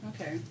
Okay